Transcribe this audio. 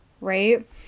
right